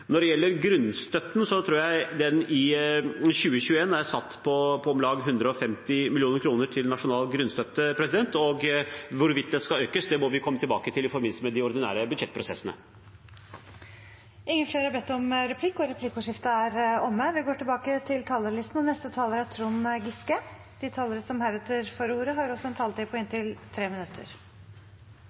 Når det gjelder grunnstøtten, tror jeg den i 2021 er satt til om lag 150 mill. kr i nasjonal grunnstøtte. Hvorvidt den skal økes, må vi komme tilbake til i forbindelse med de ordinære budsjettprosessene. Replikkordskiftet er omme. De talere som heretter får ordet, har også en taletid på inntil 3 minutter. Livet har vært annerledes for mange det siste året, og det har vært nødvendig fordi vi har hatt en alvorlig pandemi. Vi har